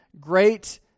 great